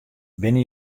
binne